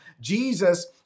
Jesus